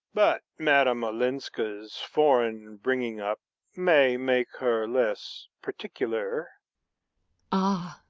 but madame olenska's foreign bringing-up may make her less particular ah,